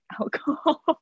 alcohol